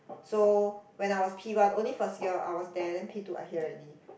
so when I was P-one only first year I was there then P-two I here already